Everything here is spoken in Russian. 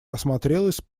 осмотрелась